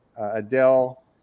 Adele